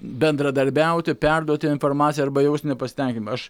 bendradarbiauti perduoti informaciją arba jaust nepasitenkinimą aš